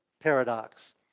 Paradox